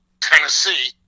Tennessee